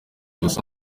ubusa